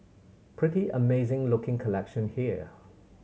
pretty amazing looking collection here